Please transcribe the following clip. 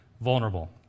vulnerable